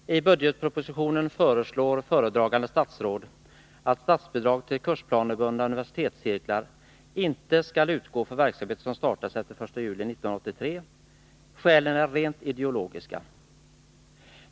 Herr talman! I budgetpropositionen föreslår föredragande statsråd att statsbidrag till kursplanebundna universitetscirklar inte skall utgå för verksamhet, som startas efter den 1 juli 1983. Skälen är rent ideologiska.